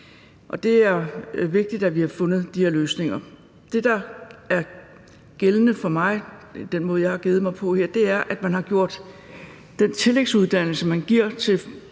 Det er vigtigt, at vi har fundet de her løsninger. Det, der er gældende for mig og den måde, jeg har givet mig på her, er, at man til mennesker, som gerne vil